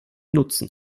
nutzen